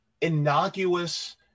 innocuous